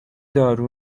دارو